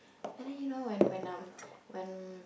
I let you know when when I'm when